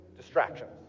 Distractions